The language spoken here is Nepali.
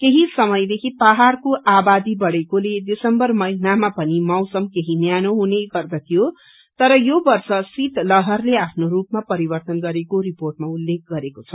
केही समयदेखि पहाड़को आवादी बढ़ेकोल दिसम्बर महिनामा पनि मौसम केही न्यानो हुने गर्दथ्यो तर यो वर्श भाीत लहरले आफ्नो रूपमा परिवर्त्तन गरेको रिपोर्टमा उल्लेख गरेको छ